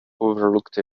overlooked